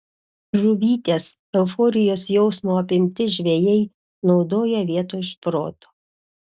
žuvytės euforijos jausmo apimti žvejai naudoja vietoj šprotų